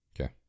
Okay